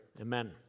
amen